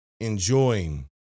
Enjoying